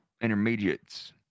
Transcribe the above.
intermediates